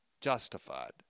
justified